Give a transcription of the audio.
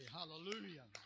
Hallelujah